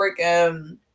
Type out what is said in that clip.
freaking